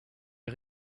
est